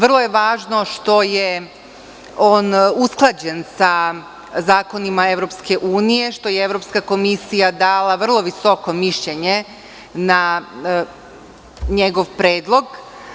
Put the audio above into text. Vrlo je važno što je on usklađen sa zakonima EU, što je Evropska komisija dala vrlo visoko mišljenje na njegov predlog.